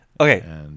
Okay